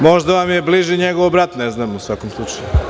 Možda vam je bliži njegov brat, u svakom slučaju.